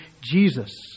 Jesus